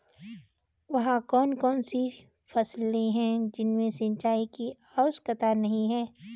वह कौन कौन सी फसलें हैं जिनमें सिंचाई की आवश्यकता नहीं है?